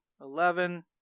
eleven